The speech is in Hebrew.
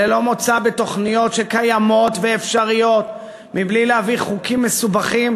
ללא מוצא בתוכניות שקיימות ואפשריות מבלי להביא חוקים מסובכים.